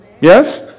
Yes